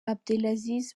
abdelaziz